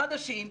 חדשים,